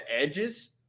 edges